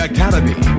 Academy